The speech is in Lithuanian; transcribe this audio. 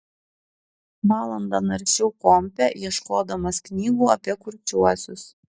valandą naršiau kompe ieškodamas knygų apie kurčiuosius